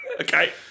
Okay